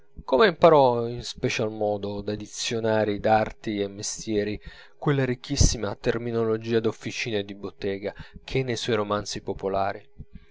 come imparò in special modo dai dizionari d'arti e mestieri quella ricchissima terminologia d'officina e di bottega che è nei suoi romanzi popolari